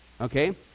okay